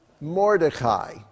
Mordecai